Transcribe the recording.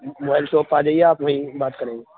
mobile shop پہ آ جائیے آپ وہیں بات کریں گے